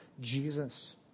Jesus